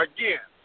Again